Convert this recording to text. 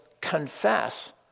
confess